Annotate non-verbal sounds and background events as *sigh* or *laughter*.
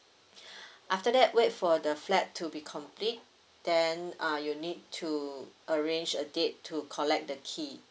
*breath* after that wait for the flat to be complete then uh you need to arrange a date to collect the key